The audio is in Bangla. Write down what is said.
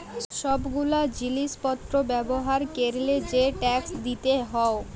সব গুলা জিলিস পত্র ব্যবহার ক্যরলে যে ট্যাক্স দিতে হউ